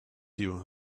you